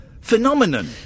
phenomenon